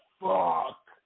fuck